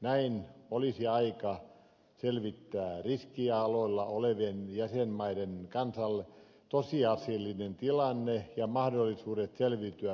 näin olisi aikaa selvittää riskialueilla olevien jäsenmaiden tosiasiallinen tilanne ja mahdollisuudet selviytyä veloistaan